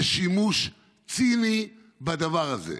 זה שימוש ציני בדבר הזה.